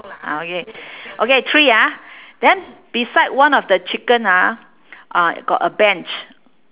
ah okay okay three ah then beside one of the chicken ah uh got a bench